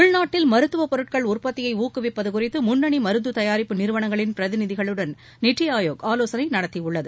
உள்நாட்டில் மருத்துவ பொருட்கள் உற்பத்தியை ஊக்குவிப்பது குறித்து முன்னணி மருந்து தயாரிப்பு நிறுவனங்களின் பிரதிநதிகளுடன் நித்தி ஆயோக் ஆவோசனை நடத்தியுள்ளது